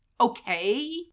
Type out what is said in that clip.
okay